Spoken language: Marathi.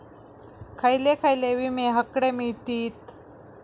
खयले खयले विमे हकडे मिळतीत?